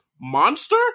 Monster